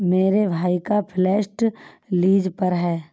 मेरे भाई का फ्लैट लीज पर है